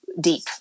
deep